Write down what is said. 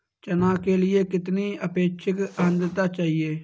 चना के लिए कितनी आपेक्षिक आद्रता चाहिए?